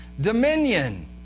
Dominion